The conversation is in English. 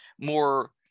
more